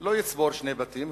לא יצבור שני בתים.